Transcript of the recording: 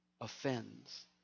offends